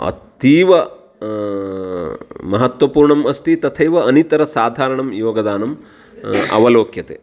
अतीव महत्वपूर्णम् अस्ति तथैव अनितरसाधारणं योगदानं अवलोक्यते